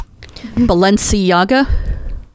balenciaga